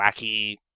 wacky